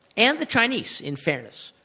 and the chinese in fairness,